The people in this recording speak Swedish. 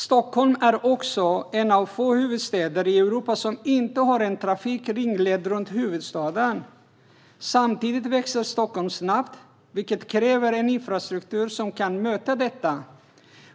Stockholm är en av få huvudstäder i Europa som inte har en trafikringled runt huvudstaden. Samtidigt växer Stockholm snabbt, vilket kräver en infrastruktur som kan möta detta.